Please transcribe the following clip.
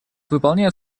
выполняет